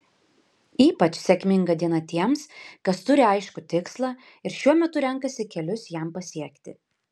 ypač sėkminga diena tiems kas turi aiškų tikslą ir šiuo metu renkasi kelius jam pasiekti